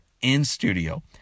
In-Studio